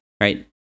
Right